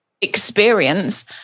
experience